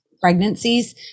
pregnancies